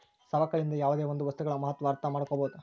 ಸವಕಳಿಯಿಂದ ಯಾವುದೇ ಒಂದು ವಸ್ತುಗಳ ಮಹತ್ವ ಅರ್ಥ ಮಾಡ್ಕೋಬೋದು